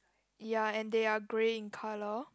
ya and they are grey in colour